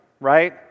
right